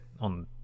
on